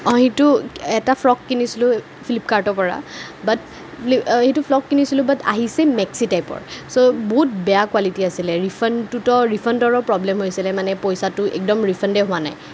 এইটো এটা ফ্ৰক কিনিছিলোঁ ফিলিপকাৰ্টৰপৰা বাট এইটো ফ্ৰক কিনিছিলোঁ বাট আহিছে মেক্সি টাইপৰ চো বহুত বেয়া কোৱালিটি আছিলে ৰিফাণ্ডটোতো ৰিফাণ্ডৰো প্ৰব্লেম হৈ আছিলে মানে পইচাটো একদম ৰিফাণ্ডে হোৱা নাই